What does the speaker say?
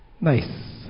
Nice